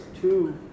two